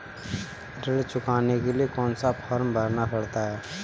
ऋण चुकाने के लिए कौन सा फॉर्म भरना पड़ता है?